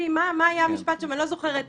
אני יכול להראות לאדוני.